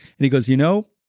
and he goes you know,